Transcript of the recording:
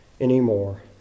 anymore